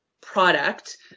product